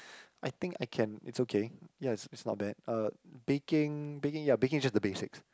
I think I can it's okay ya it's it's not bad uh baking baking ya baking is just the basics